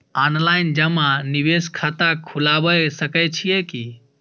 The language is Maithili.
ऑनलाइन जमा निवेश खाता खुलाबय सकै छियै की?